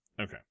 Okay